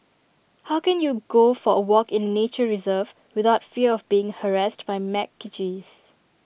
how can you go for A walk in nature reserve without fear of being harassed by macaques